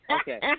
Okay